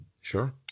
Sure